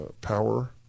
power